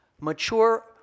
mature